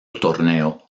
torneo